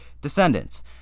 descendants